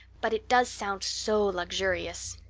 but it does sound so luxurious.